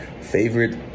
favorite